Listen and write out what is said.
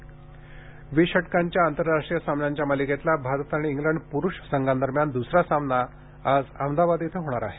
cricket वीस षटकांच्या आंतरराष्ट्रीय सामन्यांच्या मालिकेतला भारत आणि इंग्लंड पुरुष संघांदरम्यान दुसरा सामना आज अहमदाबाद येथे होणार आहे